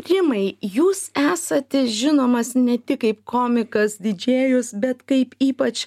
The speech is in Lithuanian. rimai jūs esate žinomas ne tik kaip komikas didžėjus bet kaip ypač